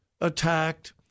attacked